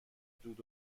دود